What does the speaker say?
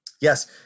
Yes